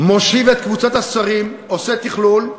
מושיב את קבוצת השרים ועושה תכלול.